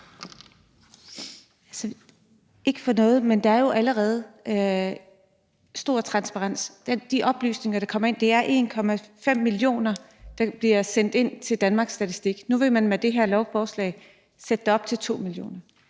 Ikke for noget, men der er jo allerede stor transparens. Ifølge de oplysninger, der kommer ind, drejer det sig om 1,5 millioner, altså som bliver sendt ind til Danmarks Statistik. Nu vil man med det her beslutningsforslag sætte det op til 2 millioner.